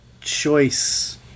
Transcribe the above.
choice